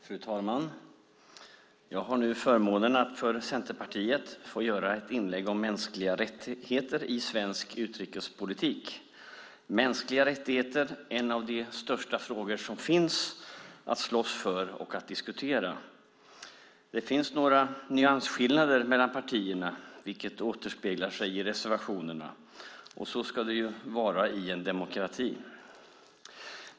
Fru talman! Jag har nu förmånen att för Centerpartiet få göra ett inlägg om mänskliga rättigheter i svensk utrikespolitik. Mänskliga rättigheter är en av de största frågor som finns att slåss för och att diskutera. Det finns några nyansskillnader mellan partierna vilket återspeglar sig i reservationerna. Så som det ska vara i en demokrati.